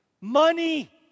Money